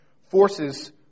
Forces